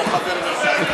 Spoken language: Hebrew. או חבר מרכז ליכוד.